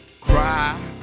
cry